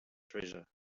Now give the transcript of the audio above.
treasure